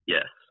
Yes